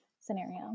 scenario